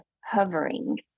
hovering